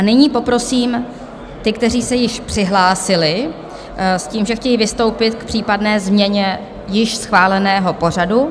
Nyní poprosím ty, kteří se již přihlásili s tím, že chtějí vystoupit k případné změně již schváleného pořadu.